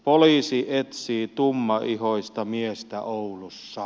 poliisi etsii tummaihoista miestä oulussa